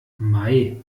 mei